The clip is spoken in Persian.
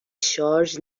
شارژ